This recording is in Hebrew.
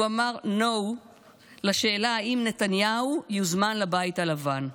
הוא אמר no לשאלה אם נתניהו יוזמן לבית הלבן.